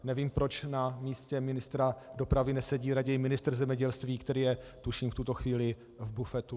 Nevím, proč na místě ministra dopravy nesedí raději ministr zemědělství, který je tuším v tuto chvíli v bufetu.